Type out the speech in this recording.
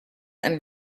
and